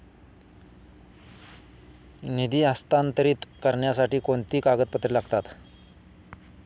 निधी हस्तांतरित करण्यासाठी कोणती कागदपत्रे लागतात?